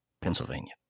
Pennsylvania